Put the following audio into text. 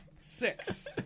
Six